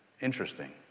Interesting